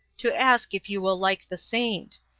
to ask if you will like the saint.